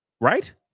Right